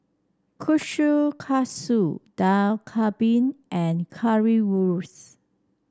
Kushikatsu Dak Galbi and Currywurst